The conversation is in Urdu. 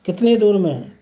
کتنی دور میں ہیں